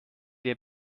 der